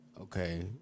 Okay